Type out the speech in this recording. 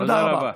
תודה רבה.